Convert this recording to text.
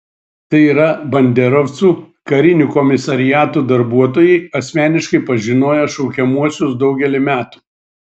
tai yra banderovcų karinių komisariatų darbuotojai asmeniškai pažinoję šaukiamuosius daugelį metų